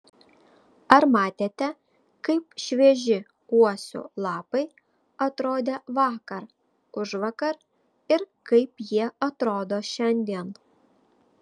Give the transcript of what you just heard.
ar matėte kaip švieži uosių lapai atrodė vakar užvakar ir kaip jie atrodo šiandien